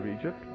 Egypt